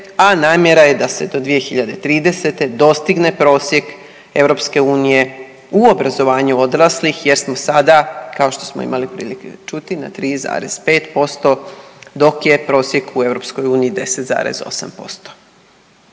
a namjera je da se do 2030. dostigne prosjek EU u obrazovanju odraslih jer smo sada, kao što smo imali prilike čuti na 3,5% dok je prosjek u EU 10,8%.